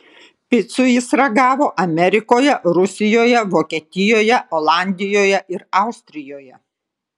picų jis ragavo amerikoje rusijoje vokietijoje olandijoje ir austrijoje